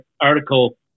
article